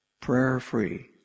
Prayer-free